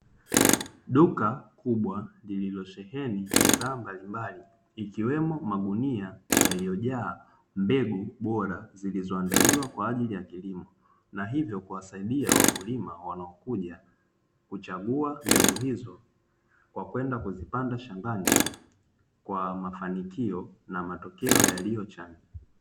Duka kubwa lililosheheni bidhaa mbalimbali, ikiwemo magunia yaliyojaa mbegu bora zilizoandaliwa kwa ajili ya kilimo. Na hivyo kuwasaidia wakulima wanaokuja kuchagua mbegu hizo, kwa kwenda kuzipanda shambani kwa mafanikio na matokeo yaliyo chanya.